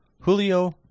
Julio